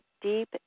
deep